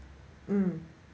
mm